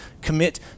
commit